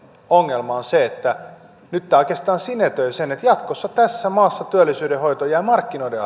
ongelma on se että nyt tämä oikeastaan sinetöi sen että jatkossa tässä maassa työllisyyden hoito jää markkinoiden